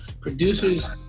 producers